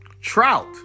Trout